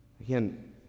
again